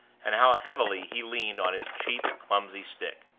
and how heavily he leaned on his cheap, clumsy stick.